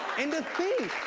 and to think.